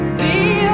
be